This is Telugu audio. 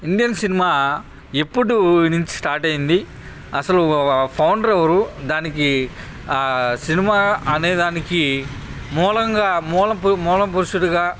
ఇండియన్ సినిమా ఎప్పుడు నుంచి స్టార్ట్ అయింది అసలు ఫౌండర్ ఎవరు దానికి సినిమా అనేదానికి మూలంగా మూల మూల పురుషుడిగా